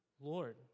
Lord